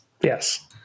Yes